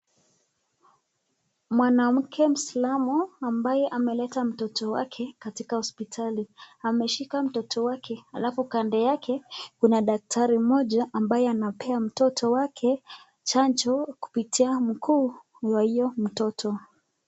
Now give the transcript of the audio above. Mwanamke mslamu ambaye ameleta mtoto wake katika hospitali, ameshika mtoto wake. Alafu kando yake kuna daktari mmoja ambaye anapea mtoto wake chanjo kupitia mguu wa huyo mtoto.